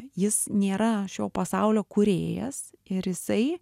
jis nėra šio pasaulio kūrėjas ir jisai